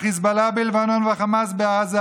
החיזבאללה בלבנון והחמאס בעזה,